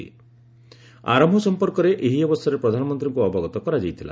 'ଆରମ୍ଭ' ସମ୍ପର୍କରେ ଏହି ଅବସରରେ ପ୍ରଧାନମନ୍ତ୍ରୀଙ୍କୁ ଅବଗତ କରାଯାଇଥିଲା